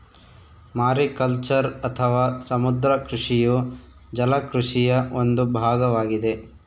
mariculture ಅಥವಾ ಸಮುದ್ರ ಕೃಷಿಯು ಜಲ ಕೃಷಿಯ ಒಂದು ಭಾಗವಾಗಿದೆ